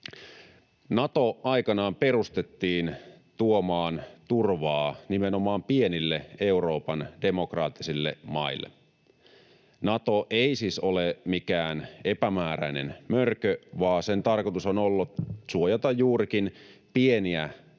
Nato aikanaan perustettiin tuomaan turvaa nimenomaan pienille Euroopan demokraattisille maille. Nato ei siis ole mikään epämääräinen mörkö, vaan sen tarkoitus on ollut suojata juurikin pieniä